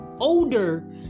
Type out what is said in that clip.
older